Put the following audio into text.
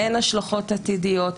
אין השלכות עתידיות.